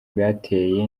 bwateye